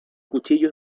cuchillo